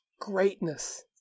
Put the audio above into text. greatness